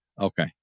Okay